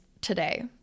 today